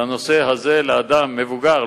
לנושא הזה לאדם מבוגר,